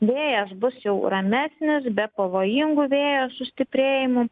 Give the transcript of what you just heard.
vėjas bus jau ramesnis be pavojingų vėjo sustiprėjimų